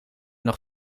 nog